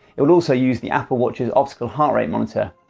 it will also use the apple watch's optical heart rate monitor.